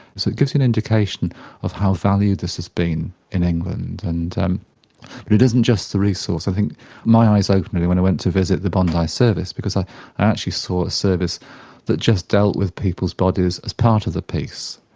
so it gives you an indication of how valued this has been in england. and um but it isn't just the resource, i think my eyes opened when i went to visit the bondi service because i actually saw a service that just dealt with people's bodies as part of the piece,